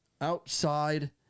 outside